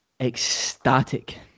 ecstatic